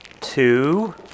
Two